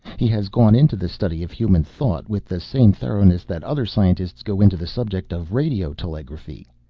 he has gone into the study of human thought with the same thoroughness that other scientists go into the subject of radio telegraphy.